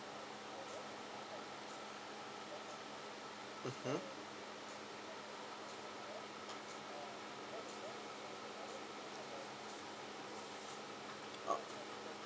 mmhmm oh